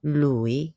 lui